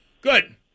good